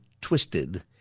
twisted